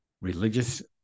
religious